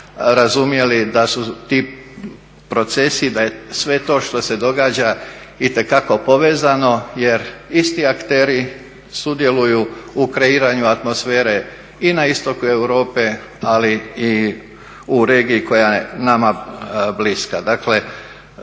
razumjeli da su ti procesi, da je sve to što se događa itekako povezano jer isti akteri sudjeluju u kreiranju atmosfere i na istoku Europe, ali i u regiji koja je nama bliska.